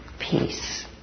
peace